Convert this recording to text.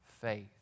faith